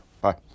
Bye